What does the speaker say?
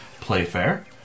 Playfair